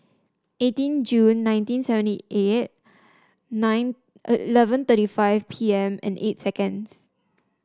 eighteen June nineteen seventy eight nine eleven thirty five P M and eight seconds